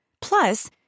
Plus